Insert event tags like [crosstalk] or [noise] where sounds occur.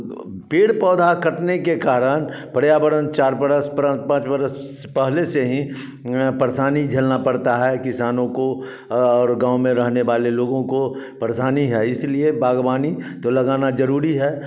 पेड़ पौधा कटने के कारण पर्यावरण चार बरस [unintelligible] पाँच बरस पहले से ही परेशानी झेलना पड़ता है किसानों को और गाँवो में रहने वाले लोगों को परेशानी है इसीलिए बागवानी तो लगाना ज़रूरी है